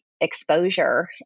exposure